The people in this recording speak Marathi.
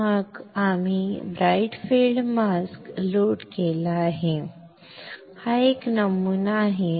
आणि मग आम्ही ब्राइट फील्ड मास्क लोड केला आहे ब्राइट फील्ड मास्क हा एक नमुना आहे